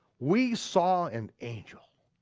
we saw an angel